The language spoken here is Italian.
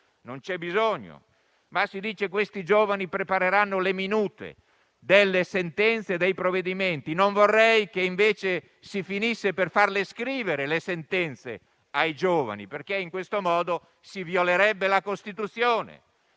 non c'è bisogno! Si dice questi giovani prepareranno le minute delle sentenze e dei provvedimenti: non vorrei che invece si finisse per far scrivere le sentenze a questi giovani, perché in tal modo si violerebbe la Costituzione,